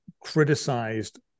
criticized